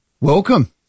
welcome